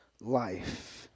life